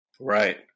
Right